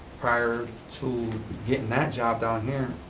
prior to getting that job down here,